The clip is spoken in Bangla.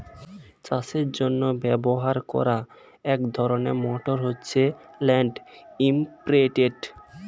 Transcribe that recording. চাষের জন্য ব্যবহার করা এক ধরনের মোটর হচ্ছে ল্যান্ড ইমপ্রিন্টের